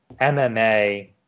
MMA